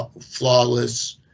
flawless